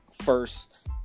first